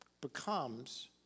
becomes